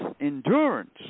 endurance